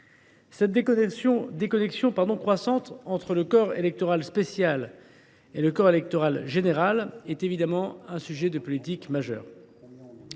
Cette déconnexion croissante entre le corps électoral spécial et le corps électoral général est un sujet politique majeur